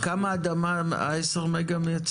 כמה אדמה צריך כדי לייצר 10 מגה?